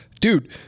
dude